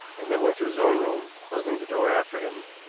and then went to his own room, closing the door after him.